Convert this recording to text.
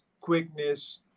quickness